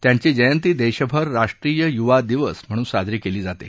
त्यांची जयंती देशभर राष्ट्रीय युवा दिवस म्हणून साजरी केली जाते